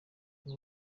hari